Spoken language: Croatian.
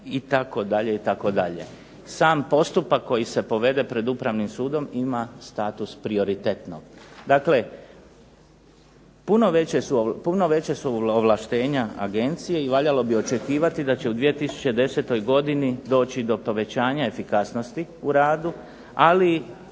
Sam postupak koji se povede pred Upravnim sudom ima status prioritetno. Dakle, puno veća su ovlaštenja agencije i valjalo bi očekivati da će u 2010. godini doći do povećanja efikasnosti u radu. Ali